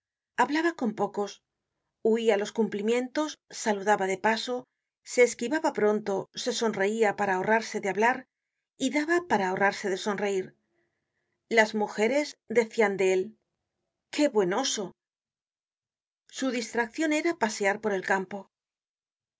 hablaba con pocos huia los cumplimientos saludaba de paso se esquivaba pronto se sonreia para ahorrarse de hablar y daba para ahorrarse de sonreir las mujeres decian de él qué buen oso su distraccion era pasear por el campo